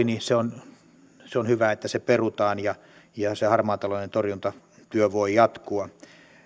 niin on hyvä että se perutaan ja ja se harmaan talouden torjuntatyö voi jatkua